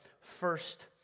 first